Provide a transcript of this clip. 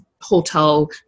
hotel